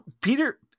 Peter